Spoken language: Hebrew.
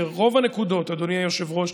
אדוני היושב-ראש,